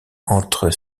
entre